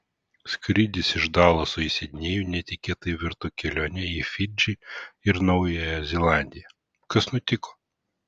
skrydis iš dalaso į sidnėjų netikėtai virto kelione į fidžį ir naująją zelandiją kas nutiko